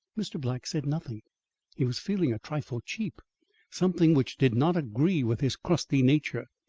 mr. black said nothing he was feeling a trifle cheap something which did not agree with his crusty nature.